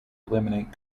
eliminate